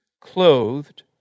clothed